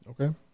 okay